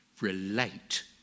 Relate